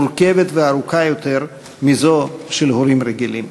מורכבת וארוכה יותר מזו של הורים רגילים.